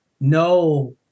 no